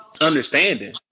understanding